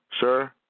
sir